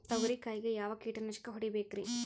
ತೊಗರಿ ಕಾಯಿಗೆ ಯಾವ ಕೀಟನಾಶಕ ಹೊಡಿಬೇಕರಿ?